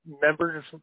members